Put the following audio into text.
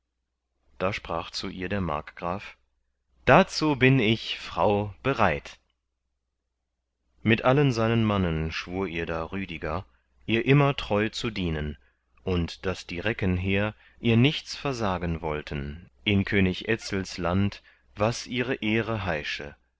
da sprach zu ihr der markgraf dazu bin ich frau bereit mit allen seinen mannen schwur ihr da rüdiger ihr immer treu zu dienen und daß die recken hehr ihr nichts versagen wollten in könig etzls land was ihre ehre heische